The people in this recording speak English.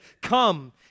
Come